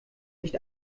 nicht